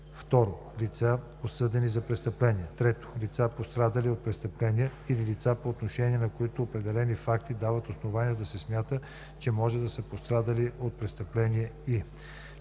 2. лица, осъдени за престъпление; 3. лица, пострадали от престъпление, или лица, по отношение, на които определени факти дават основание да се смята, че може да са пострадали от престъпление, и 4.